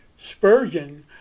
Spurgeon